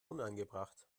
unangebracht